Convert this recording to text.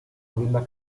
villa